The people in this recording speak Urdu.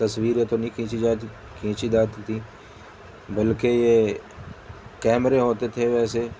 تصویریں تو نہیں کھینچی جاتی کھینچی جاتی تھیں بلکہ یہ کیمرے ہوتے تھے ویسے